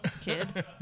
Kid